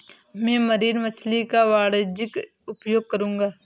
मैं मरीन मछली का वाणिज्यिक उपयोग करूंगा